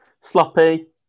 sloppy